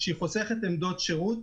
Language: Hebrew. שהיא חוסכת עמדות שירות.